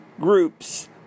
groups